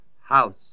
house